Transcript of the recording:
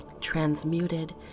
transmuted